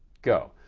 go.